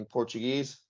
Portuguese